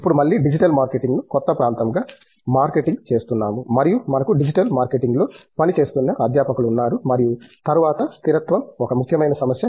ఇప్పుడు మళ్ళీ డిజిటల్ మార్కెటింగ్ను కొత్త ప్రాంతంగా మార్కెటింగ్ చేస్తున్నాము మరియు మనకు డిజిటల్ మార్కెటింగ్లో పనిచేస్తున్న అధ్యాపకులు ఉన్నారు మరియు తరువాత స్థిరత్వం ఒక ముఖ్యమైన సమస్య